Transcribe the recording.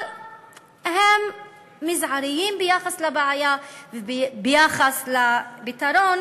אבל הם מזעריים ביחס לבעיה וביחס לפתרון